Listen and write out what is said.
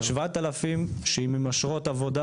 7,000 עם אשרות עבודה,